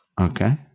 okay